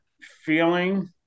feeling